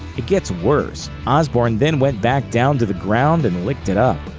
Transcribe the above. it gets worse. osbourne then went back down to the ground and licked it up.